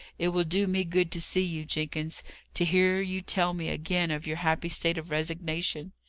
it will do me good to see you, jenkins to hear you tell me, again, of your happy state of resignation.